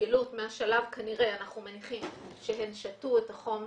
ההתגלגלות מהשלב שאנחנו מניחים שהן שתו את החומר